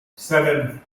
seven